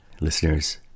Listeners